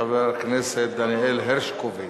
חבר הכנסת דניאל הרשקוביץ.